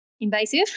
invasive